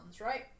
right